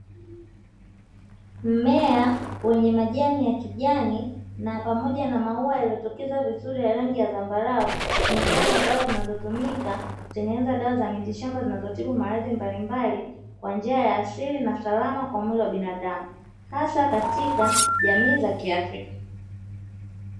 Mmea wenye majani ya kijani na pamoja na maua yaliyotokeza vizuri ya rangi ya zambarau, ni mfano wa dawa zinazotumika kutengeneza dawa za miti shamba zinazotibu maradhi mbalimbali kwa njia ya asili na salama kwa mwili wa binadamu, hasa katika jamii za kiafrika.